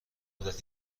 مدت